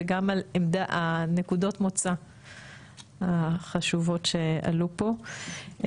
וגם על נקודות המוצא החשובות שעלו פה.